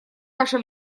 ваше